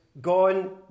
gone